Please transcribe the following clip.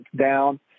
down